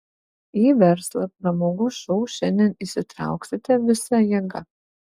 į verslą pramogų šou šiandien įsitrauksite visa jėga